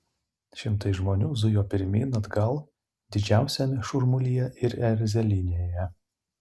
šimtai žmonių zujo pirmyn atgal didžiausiame šurmulyje ir erzelynėje